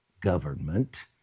government